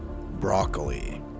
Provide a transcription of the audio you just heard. Broccoli